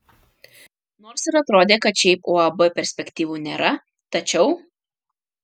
nors ir atrodė kad šiai uab perspektyvų nėra tačiau